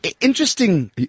Interesting